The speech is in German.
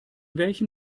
welchen